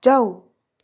जाऊ